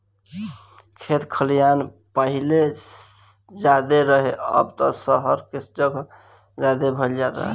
खेत खलिहान पाहिले ज्यादे रहे, अब त सहर के जगह ज्यादे भईल जाता